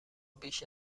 بیش